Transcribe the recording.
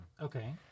Okay